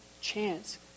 chance